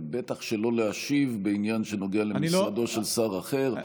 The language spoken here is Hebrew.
ובטח שלא להשיב בעניין שנוגע למשרדו של שר אחר.